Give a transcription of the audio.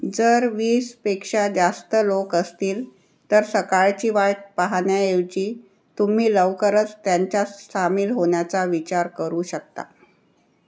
जर वीसपेक्षा जास्त लोक असतील तर सकाळची वाट पाहण्याऐवजी तुम्ही लवकरच त्यांच्यात सामील होण्याचा विचार करू शकता